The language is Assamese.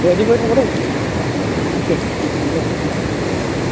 ৰেডি কৰি থ'ব দেই অঁ ঠিক আছে ঠিক আছে ঠিক আছে